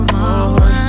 more